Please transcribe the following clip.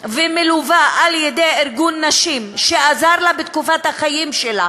ומלווה על-ידי ארגון נשים שעזר לה בתקופת החיים שלה,